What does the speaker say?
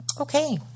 Okay